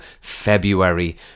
February